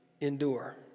endure